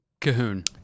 Cahoon